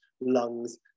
lungs